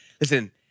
listen